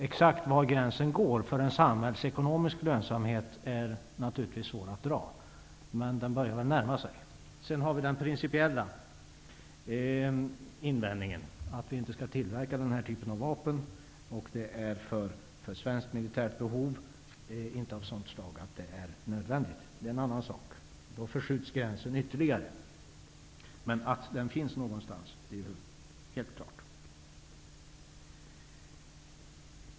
Exakt var gränsen går för en samhällsekonomisk lönsamhet är naturligtvis svår att dra, men den börjar väl närma sig. Sedan har vi den principiella invändningen att vi inte skall tillverka den här typen av vapen. Svensk militärt behov är inte av sådant slag att det är nödvändigt. Det är en annan sak. Då förskjuts gränsen ytterligare. Att den finns någonstans är helt klart.